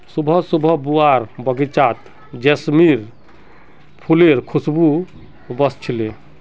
सुबह सुबह बुआर बगीचात जैस्मीनेर फुलेर खुशबू व स छिले